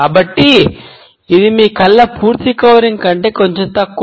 కాబట్టి ఇది మీ కళ్ళ పూర్తి కవరింగ్ కంటే కొంచెం తక్కువ